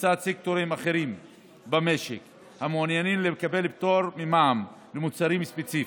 מצד סקטורים אחרים במשק המעוניינים לקבל פטור ממע"מ למוצרים ספציפיים.